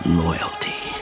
loyalty